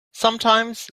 sometimes